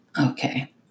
okay